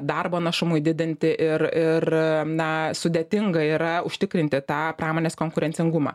darbo našumui didinti ir ir na sudėtinga yra užtikrinti tą pramonės konkurencingumą